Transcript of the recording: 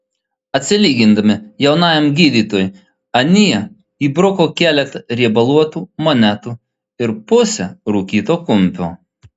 atsilygindami jaunajam gydytojui anie įbruko keletą riebaluotų monetų ir pusę rūkyto kumpio